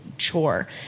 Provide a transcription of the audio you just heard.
chore